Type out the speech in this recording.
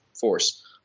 force